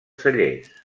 cellers